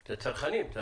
את הצרכנים.